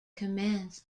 commands